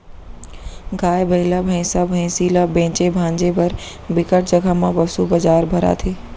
गाय, बइला, भइसा, भइसी ल बेचे भांजे बर बिकट जघा म पसू बजार भराथे